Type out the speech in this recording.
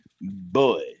boy